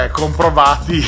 comprovati